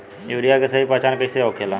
Urea के सही पहचान कईसे होखेला?